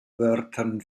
wörtern